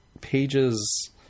pages